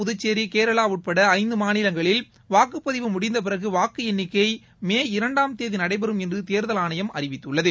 புதுச்சேரி கேரளா உட்பட ஐந்து மாநிலங்களில் வாக்குப்பதிவு முடிந்த பிறகு வாக்கு எண்ணிக்கை மே இரண்டாம் தேதி நடைபெறும் என்று தேர்தல் ஆணையம் அறிவித்துள்ளது